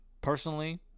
Personally